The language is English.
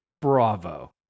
bravo